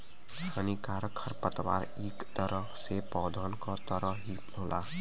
हानिकारक खरपतवार इक तरह से पौधन क तरह ही होला